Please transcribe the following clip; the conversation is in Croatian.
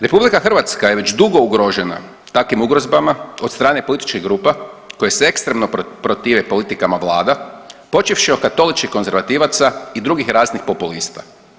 RH je već dugo ugrožena takvim ugrozbama od strane političkih grupa koje se ekstremno protive politikama vlada počevši od katoličkih konzervativaca i drugih raznih populista.